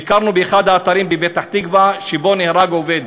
ביקרנו באחד האתרים בפתח-תקווה שבו נהרג עובד.